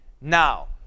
Now